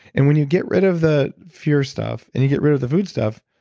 and when you get rid of the fear stuff and you get rid of the food stuff,